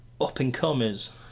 up-and-comers